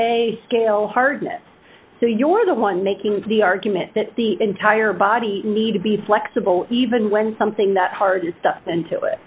a scale hardness so you're the one making the argument that the entire body need to be flexible even when something that hard stuff until it